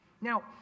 Now